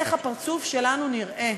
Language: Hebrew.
איך הפרצוף שלנו נראה,